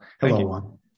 Hello